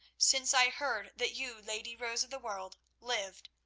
since i heard that you, lady rose of the world, lived,